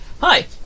Hi